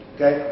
Okay